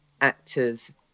actors